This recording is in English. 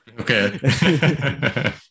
Okay